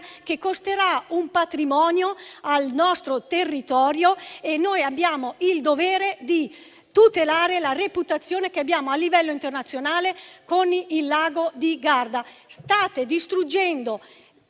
che costerà un patrimonio al nostro territorio. Abbiamo il dovere di tutelare la reputazione che abbiamo a livello internazionale con il lago di Garda. State distruggendo